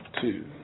two